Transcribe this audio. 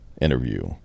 interview